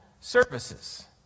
services